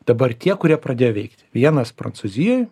dabar tie kurie pradėjo veikti vienas prancūzijoj